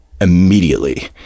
immediately